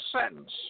sentence